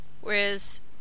Whereas